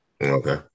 Okay